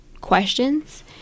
questions